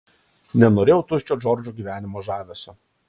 nenorėjau tuščio džordžo gyvenimo žavesio